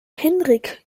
henrik